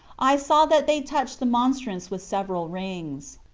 i saw that they touched the monstrance with several rings.